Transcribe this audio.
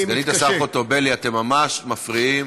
סגנית השר חוטובלי, אתם ממש מפריעים.